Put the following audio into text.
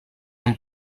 amb